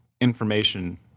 information